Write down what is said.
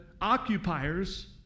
occupiers